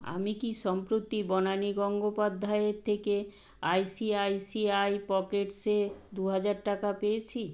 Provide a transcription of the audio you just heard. আমি কি সম্প্রতি বনানি গঙ্গোপাধ্যায় এর থেকে আইসিআইসিআই পকেটস এ দু হাজার টাকা পেয়েছি